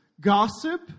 Gossip